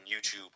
YouTube